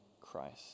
Christ